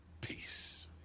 peace